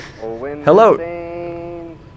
Hello